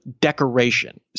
decoration